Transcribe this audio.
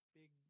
big